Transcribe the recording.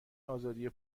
آزادی